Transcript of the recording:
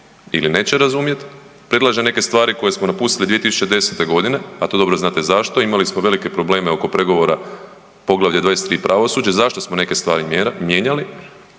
ili neće razumjeti, predlaže neke stvari koje smo napustili 2010. godine, a to dobro znate zašto imali smo velike probleme oko pregovora Poglavlje 23. pravosuđe, zašto smo neke stvari mijenjali.